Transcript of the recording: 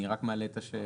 אני רק מעלה את השאלה.